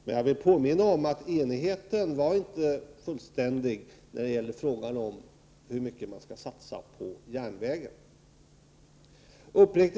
Men jag vill påminna om att enigheten inte var fullständig när det gäller frågan hur mycket man skall satsa på järnvägen.